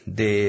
de